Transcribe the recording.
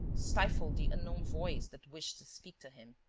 stifled the unknown voice that wished to speak to him.